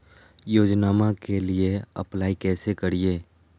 योजनामा के लिए अप्लाई कैसे करिए?